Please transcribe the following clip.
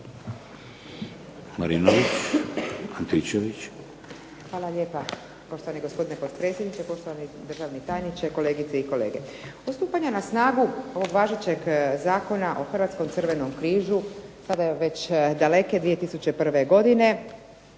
Marinović, Ingrid (SDP)** Hvala lijepa poštovani gospodine potpredsjedniče, poštovani državni tajniče, kolegice i kolege. Do stupanja na snagu ovog važećeg Zakona o Hrvatskom Crvenom križu sada je već daleke 2001. godine